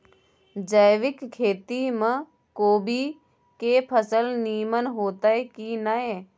जैविक खेती म कोबी के फसल नीमन होतय की नय?